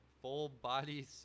full-body